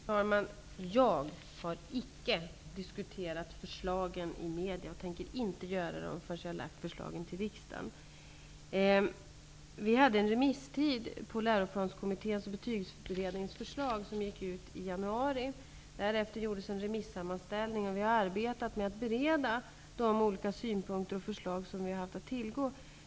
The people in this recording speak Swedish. Herr talman! Jag har icke diskuterat förslagen i medierna, och jag tänker inte göra det förrän jag har lagt fram dem för riksdagen. På Läroplanskommitténs och Betygsutredningens förslag hade vi en remisstid som gick ut i januari. Därefter gjordes en remissammanställning. Vi har arbetat med att bereda de olika synpunkter och förslag som vi har haft att tillgå.